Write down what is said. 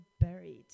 buried